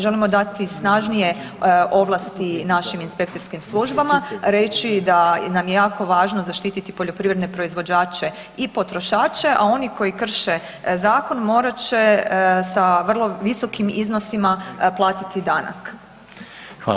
Želimo dati snažnije ovlasti našim inspekcijskim službama, reći da nam je jako važno zaštititi poljoprivredne proizvođače i potrošače, a oni koji krše zakon morat će sa vrlo visokim iznosima platiti danak.